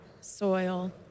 soil